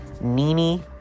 Nini